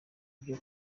byo